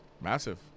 Massive